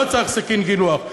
לא צריך סכין גילוח.